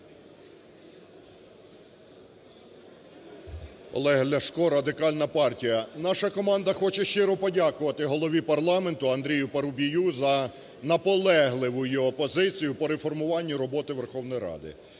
Олег Ляшко, Радикальна партія. Наша команда хоче щиро подякувати Голові парламенту Андрію Парубію за наполегливу його позицію по реформуванню роботи Верховної Ради.